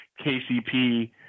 KCP